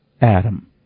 Adam